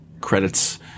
credits